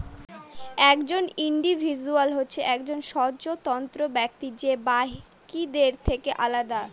একজন ইন্ডিভিজুয়াল হচ্ছে এক স্বতন্ত্র ব্যক্তি যে বাকিদের থেকে আলাদা